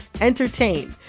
entertain